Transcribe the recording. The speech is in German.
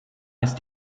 ist